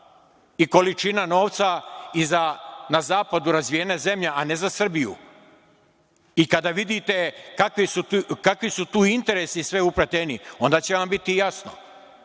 i količina novca i za na Zapadu razvijene zemlje, a ne za Srbiju. I kada vidite kakvi su tu interesi sve upleteni, onda će vam biti jasno.